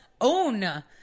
own